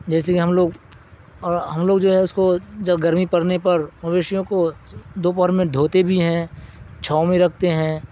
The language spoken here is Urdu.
جیسے کہ ہم لوگ اور ہم لوگ جو ہے اس کو جب گرمی پڑنے پر مویشیوں کو دوپہر میں دھوتے بھی ہیں چھاؤں میں رکھتے ہیں